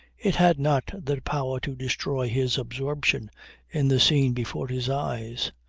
it had not the power to destroy his absorption in the scene before his eyes,